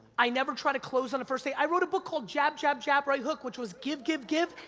i never try to close on a first date, i wrote a book called, jab, jab, jab, right-hook, which was give, give, give,